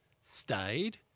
stayed